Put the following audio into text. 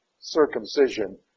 circumcision